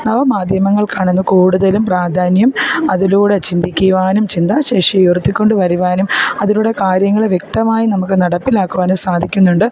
നവമാധ്യമങ്ങൾക്കാണ് ഇന്ന് കൂടുതലും പ്രാധാന്യം അതിലൂടെ ചിന്തിക്കുവാനും ചിന്താശേഷി ഉയർത്തിക്കൊണ്ടു വരുവാനും അതിലൂടെ കാര്യങ്ങൾ വ്യക്തമായി നമുക്ക് നടപ്പിലാക്കുവാനും സാധിക്കുന്നുണ്ട്